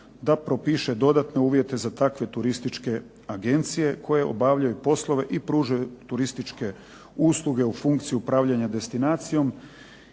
da propiše dodatne uvjete za takve turističke agencije koje obavljaju poslove i pružaju turističke usluge u funkciju upravljanja destinacijom